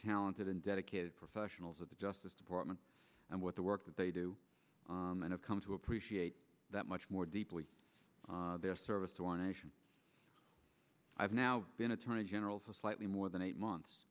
talented and dedicated professionals of the justice department and what the work that they do and i've come to appreciate that much more deeply their service to our nation i've now been attorney general for slightly more than eight months